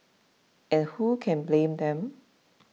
and who can blame them